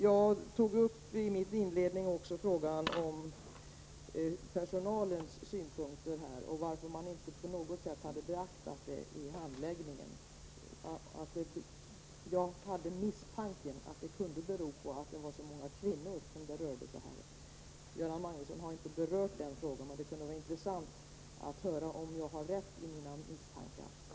Jag tog i min inledning även upp frågan om personalens synpunkter och varför man inte på något sätt har beaktat dem i handläggningen. Jag hade misstanken att det kunde bero på att det rör sig om så många kvinnor. Göran Magnusson har inte berört frågan, men det skulle vara intressant att höra om jag har rätt i mina misstankar.